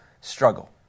struggle